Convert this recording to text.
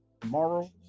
tomorrow